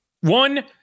One